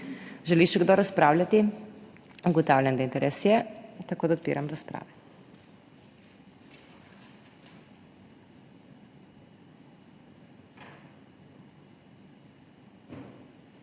Želi še kdo razpravljati? Ugotavljam, da interes je, tako da odpiram razprave.